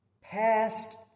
past